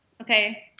Okay